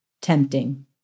Tempting